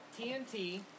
TNT